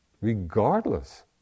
regardless